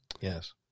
yes